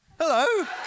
Hello